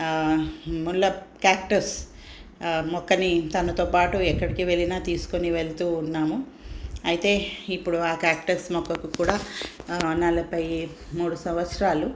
ముళ్ళ క్యాక్టస్ ఆ మొక్కని తనతోపాటు ఎక్కడికి వెళ్ళినా తీసుకుని వెళుతూ ఉన్నాము అయితే ఇప్పుడు ఆ క్యాక్టస్ మొక్కకు కూడా నలభై మూడు సంవత్సరాలు